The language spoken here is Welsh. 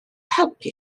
helpu